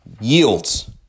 Yields